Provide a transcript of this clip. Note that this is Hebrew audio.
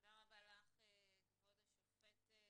תודה רבה לך, כבוד השופטת.